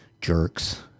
jerks